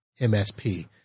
MSP